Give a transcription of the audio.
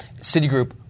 Citigroup